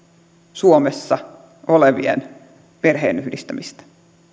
suomessa olevien perheenyhdistämistä